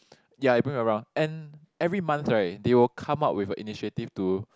ya they bring around and every month right they will come up with a initiative to